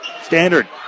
Standard